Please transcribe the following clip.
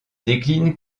déclinent